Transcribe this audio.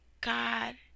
God